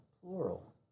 plural